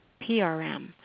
PRM